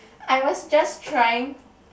I was just trying